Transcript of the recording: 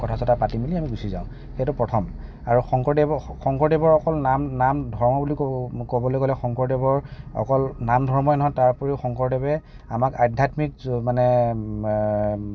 কথা চথা পাতি মেলি আমি গুচি যাওঁ সেইটো প্ৰথম আৰু শংকৰদেৱ শংকৰদেৱৰ অকল নাম নাম ধৰ্ম বুলি ক'ব ক'বলে গ'লে শংকৰদেৱৰ অকল নাম ধৰ্ম নহয় তাৰ উপৰিও শংকৰদেৱে আমাক আধ্যাত্মিক মানে